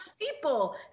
people